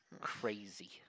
crazy